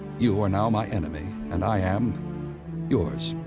you are now my enemy, and i am yours.